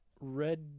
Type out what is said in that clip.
red